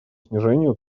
снижению